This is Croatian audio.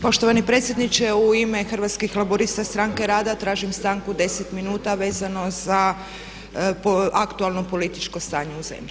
Poštovani predsjedniče, u ime Hrvatskih laburista, Stranke rada tražim stanku 10 minuta vezano za aktualno političko stanje u zemlji.